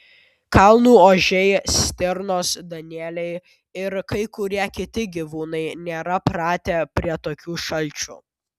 kalnų ožiai stirnos danieliai ir kai kurie kiti gyvūnai nėra pratę prie tokių šalčių